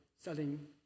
selling